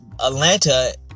Atlanta